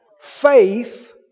Faith